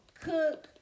cook